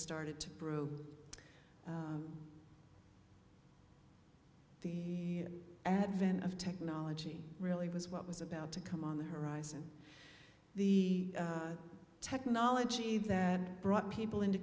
started to brew the advent of technology really was what was about to come on the horizon the technology that brought people into